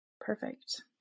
Perfect